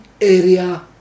area